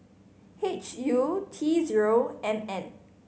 H U T zero M N